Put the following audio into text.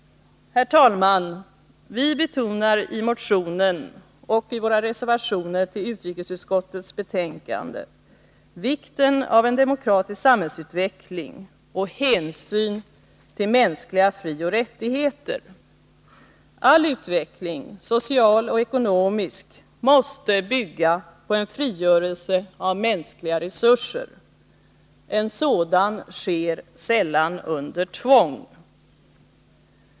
Herr talman! Vi betonar i motionen och i våra reservationer till utrikesutskottets betänkande vikten av en demokratisk samhällsutveckling och hänsyn till mänskliga frioch rättigheter. All utveckling, social och ekonomisk, måste bygga på en frigörelse av mänskliga resurser. En sådan sker sällan under tvång.